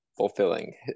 Fulfilling